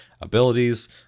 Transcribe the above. abilities